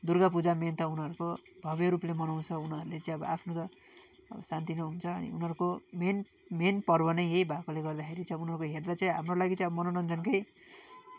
Durga Puja main त उनीहरूको भव्य रूपले मनाउँछ उनीहरूले चाहिँ अब आफ्नो त अब सानोतिनो हुन्छ अनि उनीहरूको मेन मेन पर्व नै यही भएकोले गर्दाखेरि चाहिँ उनीहरूको हेर्दा चाहिँ हाम्रो लागि चाहिँ अब मनोरञ्जनकै